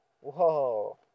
Whoa